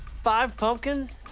five pumpkins?